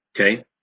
Okay